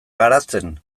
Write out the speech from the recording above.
garatzen